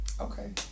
okay